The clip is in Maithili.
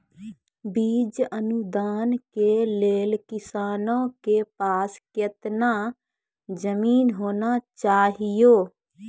बीज अनुदान के लेल किसानों के पास केतना जमीन होना चहियों?